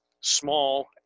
small